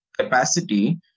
capacity